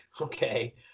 okay